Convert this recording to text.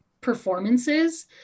performances